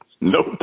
Nope